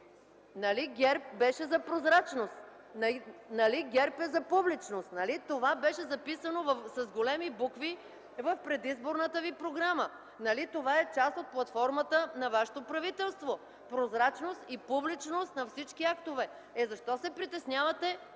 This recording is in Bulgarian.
Нали ГЕРБ беше за прозрачност? Нали ГЕРБ е за публичност? Нали това беше записано с големи букви в предизборната ви програма? Нали това е част от платформата на вашето правителство – прозрачност и публичност на всички актове? Защо се притеснявате